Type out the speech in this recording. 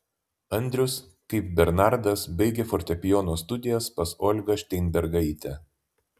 andrius kaip bernardas baigė fortepijono studijas pas olgą šteinbergaitę